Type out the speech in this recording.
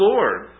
Lord